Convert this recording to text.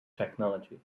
technology